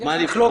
אז מה לבחור?